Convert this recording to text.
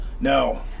No